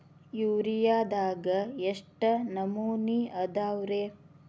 ಯೂರಿಯಾದಾಗ ಎಷ್ಟ ನಮೂನಿ ಅದಾವ್ರೇ?